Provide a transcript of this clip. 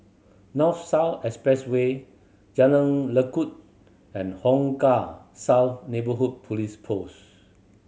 North South Expressway Jalan Lekub and Hong Kah South Neighbourhood Police Post